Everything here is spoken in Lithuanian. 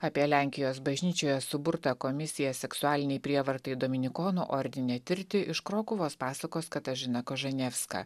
apie lenkijos bažnyčioje suburtą komisija seksualinei prievartai dominikonų ordine tirti iš krokuvos pasakos katažina kožanevska